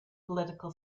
political